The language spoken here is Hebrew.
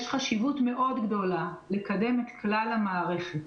יש חשיבות גדולה מאוד לקדם את כלל המערכת,